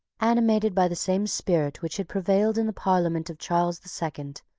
animated by the same spirit which had prevailed in the parliament of charles the second,